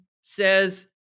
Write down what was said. says